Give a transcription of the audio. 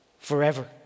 forever